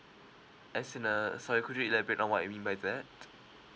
as in uh uh sorry could you elaborate on what you mean by that